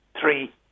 three